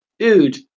Dude